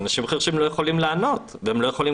ואנשים חירשים לא יכולים לענות ולא יכולים